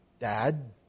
Dad